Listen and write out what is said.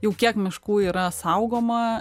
jau kiek miškų yra saugoma